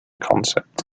concept